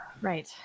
Right